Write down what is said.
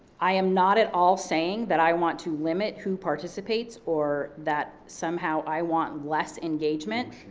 i am not at all saying that i want to limit who participates or that somehow i want less engagement,